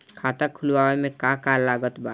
खाता खुलावे मे का का लागत बा?